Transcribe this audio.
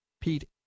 Pete